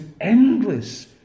endless